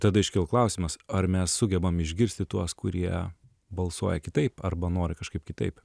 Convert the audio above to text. tada iškilo klausimas ar mes sugebam išgirsti tuos kurie balsuoja kitaip arba nori kažkaip kitaip